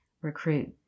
recruit